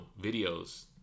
videos